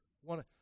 one